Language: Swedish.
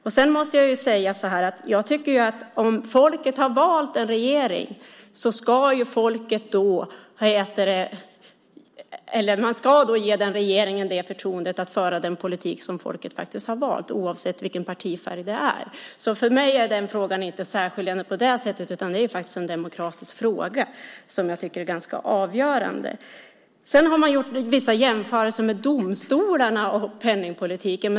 Om folket har valt en regering ska man ge den regeringen förtroendet att föra den politik som folket har valt, oavsett vilken partifärg det är. För mig är den frågan inte särskiljande på det sättet, utan det är en demokratisk fråga som jag tycker är avgörande. Man har gjort vissa jämförelser mellan domstolarna och penningpolitiken.